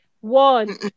One